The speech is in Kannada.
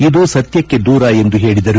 ಇದು ಸತ್ವಕ್ಕೆ ದೂರ ಎಂದು ಹೇಳಿದರು